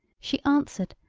she answered,